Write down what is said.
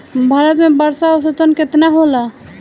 भारत में वर्षा औसतन केतना होला?